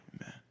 amen